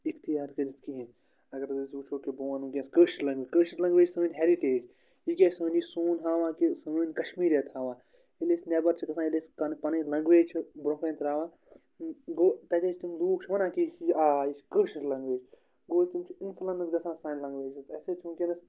اِختیار کٔرِتھ کِہیٖنۍ اَگرحظ أسۍ وٕچھو کہِ بہٕ ونہٕ ؤنکیٚس کٲشِر لنٛگویج کٲشِر لنٛگویج سٲنۍ ہٮ۪رِٹیج یہِ کیٛاہ چھِ یہِ سون ہاوان کہ سٲنۍ کشمیٖرَت ہاوان ییٚلہ أسۍ نٮ۪بر چھِ گژھان ییٚلہِ أسۍ کَن پَنٕنۍ لنٛگویج چھِ برونٛہہ کَنہِ ترٛاوان گوٚو تَتیٚن چھِ تِم لوٗکھ چھِ وَنان کہ یہِ آ یہِ چھِ کٲشِر لنٛگویج گوٚو تِم چھِ اِنفٕلَنس گژھان سانہِ لنٛگویج ۂنٛز اَسہِ سۭتۍ چھِ ؤنکیٚنَس